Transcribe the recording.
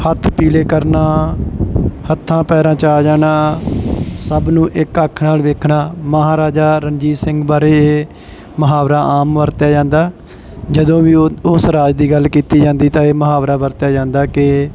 ਹੱਥ ਪੀਲੇ ਕਰਨਾ ਹੱਥਾਂ ਪੈਰਾਂ 'ਚ ਆ ਜਾਣਾ ਸਭ ਨੂੰ ਇੱਕ ਅੱਖ ਨਾਲ ਵੇਖਣਾ ਮਹਾਰਾਜਾ ਰਣਜੀਤ ਸਿੰਘ ਬਾਰੇ ਇਹ ਮੁਹਾਵਰਾ ਆਮ ਵਰਤਿਆ ਜਾਂਦਾ ਜਦੋਂ ਵੀ ਉਹ ਉਸ ਰਾਜ ਦੀ ਗੱਲ ਕੀਤੀ ਜਾਂਦੀ ਤਾਂ ਇਹ ਮੁਹਾਵਰਾ ਵਰਤਿਆ ਜਾਂਦਾ ਕਿ